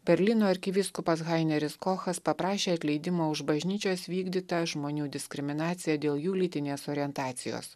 berlyno arkivyskupas haineris kochas paprašė atleidimo už bažnyčios vykdytą žmonių diskriminaciją dėl jų lytinės orientacijos